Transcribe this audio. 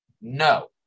No